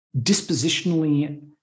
dispositionally